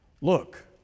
Look